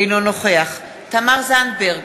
אינו נוכח תמר זנדברג,